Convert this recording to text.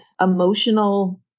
emotional